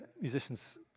musicians